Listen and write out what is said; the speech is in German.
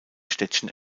städtchen